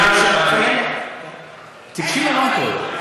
תיגשי לרמקול.